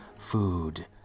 food